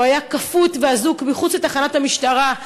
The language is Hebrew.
שהיה כפות ואזוק מחוץ לתחנת המשטרה,